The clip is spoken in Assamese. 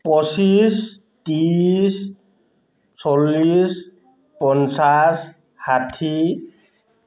পঁচিছ ত্ৰিছ চল্লিছ পঞ্চাছ ষাঠি